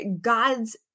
God's